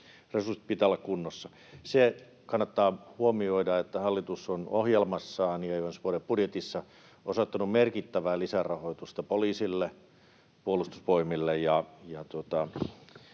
resurssien pitää olla kunnossa. Se kannattaa huomioida, että hallitus on ohjelmassaan ja ensi vuoden budjetissa osoittanut merkittävää lisärahoitusta poliisille, Puolustusvoimille ja